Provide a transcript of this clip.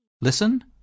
listen